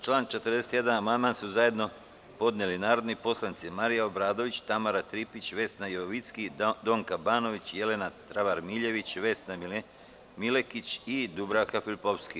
Na član 41. amandman su zajedno podneli narodni poslanici Marija Obradović, Tamara Tripić, Vesna Jovicki, Donka Banović, Jelena Travar Miljević, Vesna Milekić i Dubravka Filipovski.